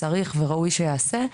צריך וראוי שיעשה.